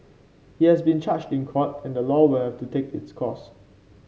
he has been charged in court and the law will have to take its course